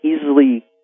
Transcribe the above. easily